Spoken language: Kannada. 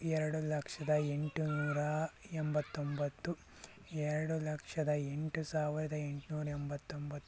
ಎರಡು ಲಕ್ಷದ ಎಂಟುನೂರ ಎಂಬತ್ತೊಂಬತ್ತು ಎರಡು ಲಕ್ಷದ ಎಂಟು ಸಾವಿರದ ಎಂಟ್ನೂರ ಎಂಬತ್ತೊಂಬತ್ತು